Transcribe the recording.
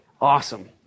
Awesome